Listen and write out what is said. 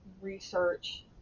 research